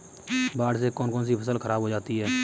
बाढ़ से कौन कौन सी फसल खराब हो जाती है?